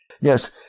Yes